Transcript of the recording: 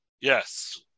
Yes